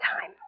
time